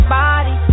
body